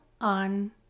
on